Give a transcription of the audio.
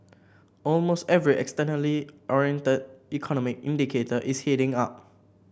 almost every externally oriented economic indicator is heading up